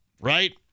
right